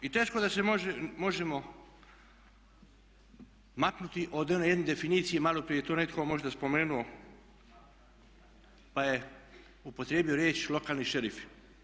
I teško da se možemo maknuti od one jedne definicije maloprije je tu netko možda spomenuo, pa je upotrijebio riječ lokalni šerifi.